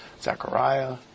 Zechariah